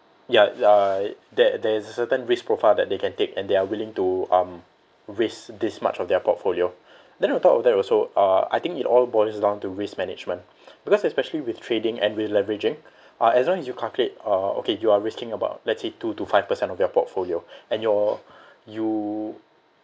ya uh that there is a certain risk profile that they can take and they are willing to um risk this much of their portfolio then on top of that also uh I think it all boils down to risk management because especially with trading and with leveraging uh as long as you calculate uh okay you are risking about let's say two to five percent of your portfolio and your you